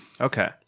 Okay